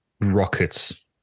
rockets